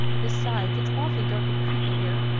besides, it's awfully dark and creepy here.